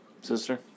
Sister